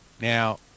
Now